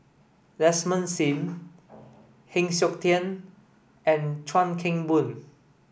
Desmond Sim Heng Siok Tian and Chuan Keng Boon